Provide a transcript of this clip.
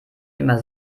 immer